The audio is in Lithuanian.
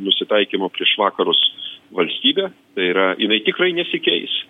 nusitaikymo prieš vakarus valstybė tai yra jinai tikrai nesikeis